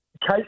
case